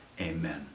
Amen